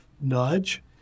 nudge